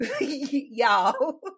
Y'all